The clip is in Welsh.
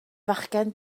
fachgen